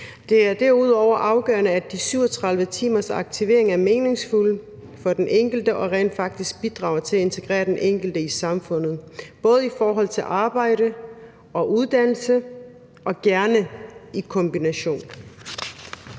Det er derudover afgørende, at de 37 timers aktivering er meningsfulde for den enkelte og rent faktisk bidrager til at integrere den enkelte i samfundet, både i forhold til arbejde og uddannelse og gerne i kombination.